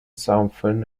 something